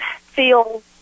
feel